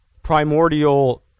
primordial